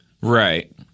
Right